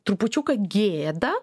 trupučiuką gėda